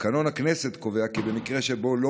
תקנון הכנסת קובע כי במקרה שבו לא